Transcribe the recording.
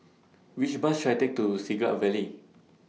Which Bus should I Take to Siglap Valley